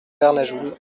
vernajoul